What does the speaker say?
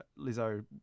Lizzo